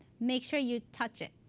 make sure you touch it.